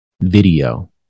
video